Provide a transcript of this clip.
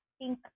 pink